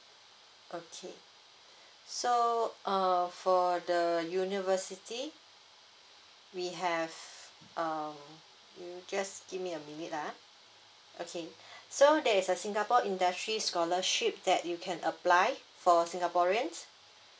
okay so err for the university we have uh you just give me a minute ah okay so there is a singapore industry scholarship that you can apply for singaporeans